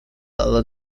ale